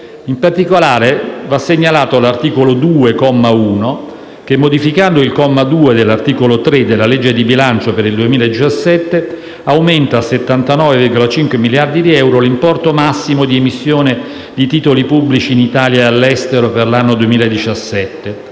In particolare si segnala l'articolo 2 comma 1 che, modificando il comma 2 dell'articolo 3 della legge di bilancio per il 2017, aumenta a 79,5 miliardi di euro l'importo massimo di emissione di titoli pubblici in Italia e all'estero per l'anno 2017,